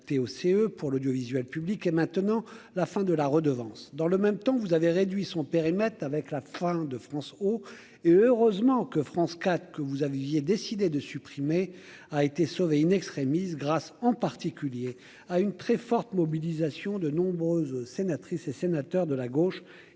l'audiovisuel public et maintenant la fin de la redevance, dans le même temps, vous avez réduit son périmètre avec la fin de France oh et heureusement que France 4 que vous aviez décidé de supprimer, a été sauvée in-extremis grâce en particulier à une très forte mobilisation de nombreuses sénatrices et sénateurs de la gauche